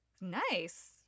Nice